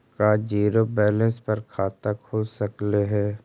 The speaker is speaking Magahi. का जिरो बैलेंस पर खाता खुल सकले हे?